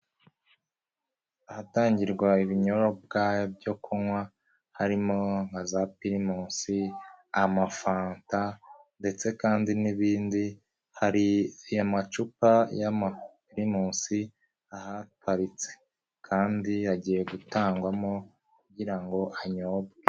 Ahatangirwa ibinyobwa byo kunywa harimo nka za pirimusi, amafanta ndetse kandi n'ibindi, hari amacupa y'amapirimusi ahaparitse kandi agiye gutangwamo kugira ngo anyobwe.